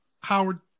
Howard